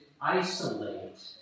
isolate